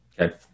Okay